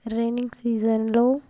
raining సీజన్లో